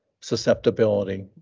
susceptibility